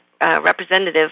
representative